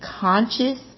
conscious